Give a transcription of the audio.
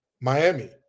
Miami